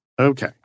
Okay